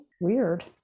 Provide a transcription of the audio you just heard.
weird